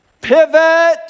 pivot